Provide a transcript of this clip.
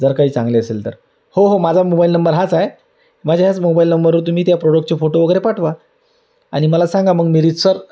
जर काही चांगले असेल तर हो हो माझा मोबाईल नंबर हाच आहे माझ्या ह्याच मोबाईल नंबरवर तुम्ही त्या प्रॉडक्टचे फोटो वगैरे पाठवा आणि मला सांगा मग मी रीतसर